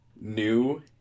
new